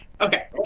Okay